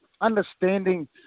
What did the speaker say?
understanding